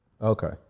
Okay